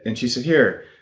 and she said, here.